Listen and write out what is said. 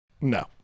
No